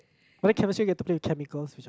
but then Chemistry get to play with chemicals